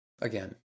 again